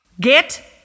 Get